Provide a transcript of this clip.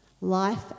life